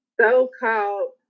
so-called